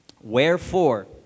Wherefore